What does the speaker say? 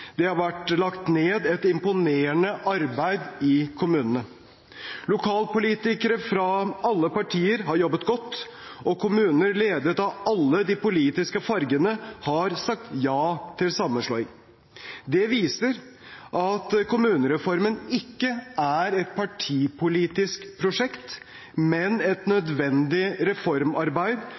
Det har vært lagt ned et imponerende arbeid i kommunene. Lokalpolitikere fra alle partier har jobbet godt, og kommuner ledet av alle de politiske fargene har sagt ja til sammenslåing. Det viser at kommunereformen ikke er et partipolitisk prosjekt, men et nødvendig reformarbeid